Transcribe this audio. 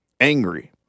Angry